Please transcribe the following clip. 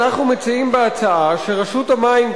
אנחנו מציעים בהצעה שרשות המים,